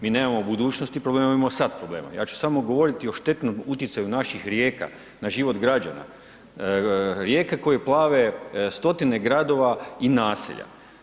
Mi nemamo u budućnosti problema, mi imamo sad problema, ja ću samo govoriti o štetnom utjecaju naših rijeka na život građana, rijeke koje plave stotine gradova i naselja.